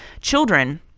children